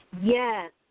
Yes